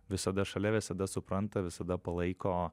visada šalia visada supranta visada palaiko